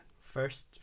First